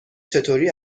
چطوری